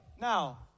Now